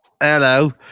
Hello